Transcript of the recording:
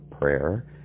prayer